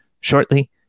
shortly